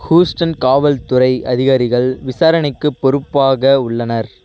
Houston காவல் துறை அதிகாரிகள் விசாரணைக்கு பொறுப்பாக உள்ளனர்